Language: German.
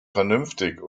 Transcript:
vernünftig